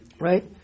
Right